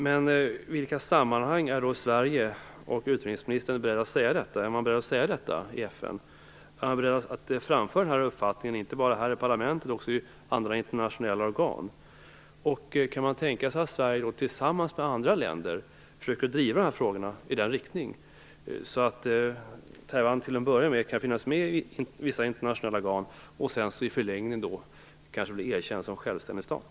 Men i vilka sammanhang är Sverige och utrikesministern beredda att säga detta? Är man beredd att säga det i FN? Är man beredd att framföra denna uppfattning inte bara här i parlamentet utan också i internationella organ? Kan man tänka sig att Sverige tillsammans med andra länder försöker driva dessa frågor, så att Taiwan till att börja med kan finnas med i vissa internationella organ och i förlängningen kanske kan bli erkänt som självständig stat?